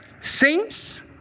Saints